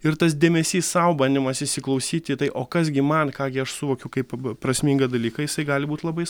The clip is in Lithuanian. ir tas dėmesys sau bandymas įsiklausyt į tai o kas gi man ką gi aš suvokiu kaip prasmingą dalyką jisai gali būt labai